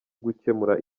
gukemura